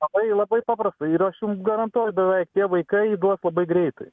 labai labai paprasta ir aš jums garantuoju beveik tie vaikai įduos labai greitai